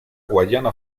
guayana